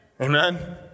Amen